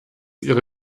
ihre